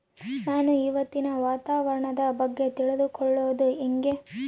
ನಾನು ಇವತ್ತಿನ ವಾತಾವರಣದ ಬಗ್ಗೆ ತಿಳಿದುಕೊಳ್ಳೋದು ಹೆಂಗೆ?